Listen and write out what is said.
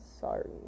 sorry